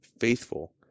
Faithful